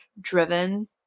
driven